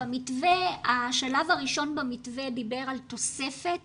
השלב הראשון במתווה דיבר על תוספת